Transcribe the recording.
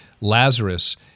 Lazarus